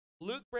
Luke